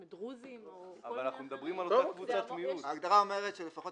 זה בדיוק הסעיפים שאנחנו מתקנים, ההקשר הוא אחר.